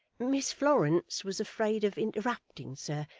miss florence was afraid of interrupting, sir,